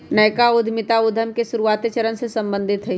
नयका उद्यमिता उद्यम के शुरुआते चरण से सम्बंधित हइ